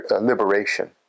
liberation